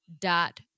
dot